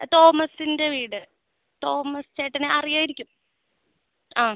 തോമസിൻ്റെ വീട് തോമസ് ചേട്ടനെ അറിയാമായിരിക്കും ആ